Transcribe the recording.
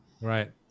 Right